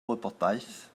wybodaeth